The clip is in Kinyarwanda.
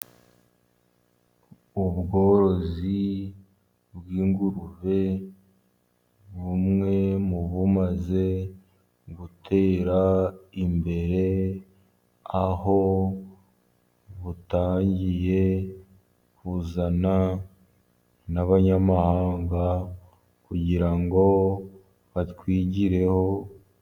Ubworozi bw'ingurube, bumwe mu bumaze gutera imbere, aho butangiye kuzana n'abanyamahanga kugirango batwigireho.